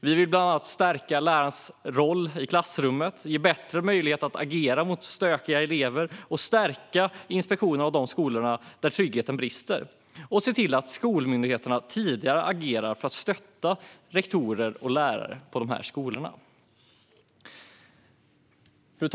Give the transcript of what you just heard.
Vi vill bland annat stärka lärarens roll i klassrummet, ge bättre möjligheter att agera mot stökiga elever och stärka inspektionerna av de skolor där tryggheten brister. Vi vill också se till att skolmyndigheterna tidigt agerar för att stötta rektorer och lärare på dessa skolor. Fru talman!